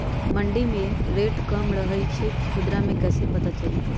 मंडी मे रेट कम रही छई कि खुदरा मे कैसे पता चली?